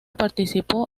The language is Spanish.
participó